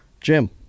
jim